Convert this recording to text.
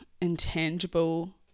intangible